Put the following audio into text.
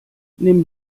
nimm